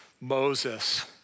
Moses